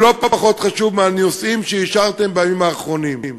זה לא פחות חשוב מהנושאים שאישרתם בימים האחרונים.